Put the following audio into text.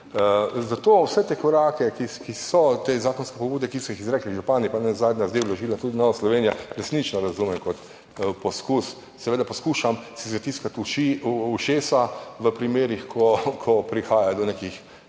Zato vse te korake, ki so, te zakonske pobude, ki so jih izrekli župani, pa nenazadnje zdaj vložila tudi Nova Slovenija, resnično razumem kot poskus. Seveda, poskušam si zatiskati ušesa v primerih, ko prihaja do nekih